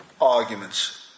arguments